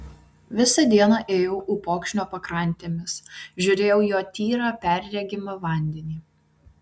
visą dieną ėjau upokšnio pakrantėmis žiūrėjau į jo tyrą perregimą vandenį